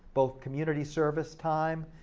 both community service time,